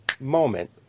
moment